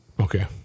Okay